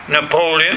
Napoleon